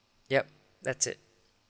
yup that's it